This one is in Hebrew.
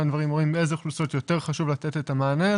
גם דברים שרואים לתת להם את המענה,